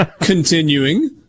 Continuing